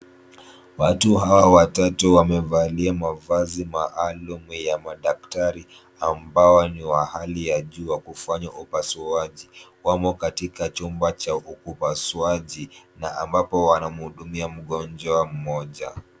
Watu hawa watatu wamevalia mavazi maalamu ya madaktari ambao ni wa hali ya juu wa kufanya upasuaji, wamo katika chumba cha upasuaji na ambapo wanamhudumia mgonjwa mmoja.